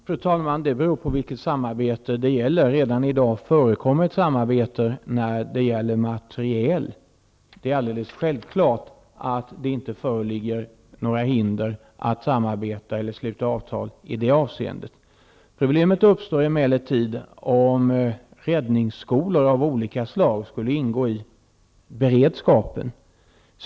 Fru talman! Det beror på vilket samarbete det gäller. Redan i dag förekommer ett samarbete om material. Det är alldeles självklart att det inte föreligger några hinder för att samarbeta eller sluta avtal i det avseendet. Problemet uppstår emellertid om räddningsskolor av olika slag skulle ingå i beredskapen.